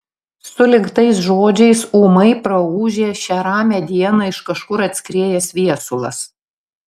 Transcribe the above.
sulig tais žodžiais ūmai praūžė šią ramią dieną iš kažkur atskriejęs viesulas